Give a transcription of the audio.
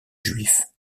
juif